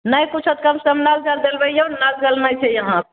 नहि किछो कम सम नल जल देलबैयो नल जल नहि छै यहाँ